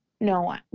no